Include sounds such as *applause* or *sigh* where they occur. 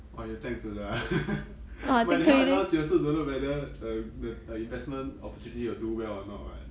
!wah! 有这样子的 ah *laughs* but never announce you also don't know whether the the the investment opportunity will do well or not [what]